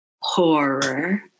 Horror